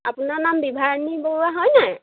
আপোনাৰ নাম বিভাৰাণী বৰুৱা হয় নাই